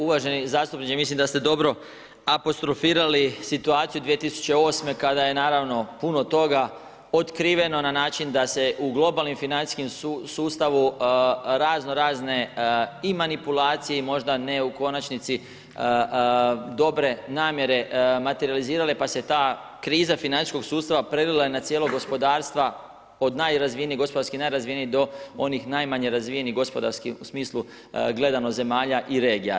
Uvaženi zastupniče, mislim da ste dobro apostrofirali situaciju 2008. kada je naravno puno toga otkriveno na način da se u globalnom financijskom sustavu raznorazne i manipulacije i možda ne u konačnici dobre namjere materijalizirale pa se ta kriza financijskog sustava prelila cijelo gospodarstvo, od najrazvijenijeg, gospodarskih najrazvijenijeg do onih najmanje razvijenih gospodarskih u smislu gledano zemalja i regija.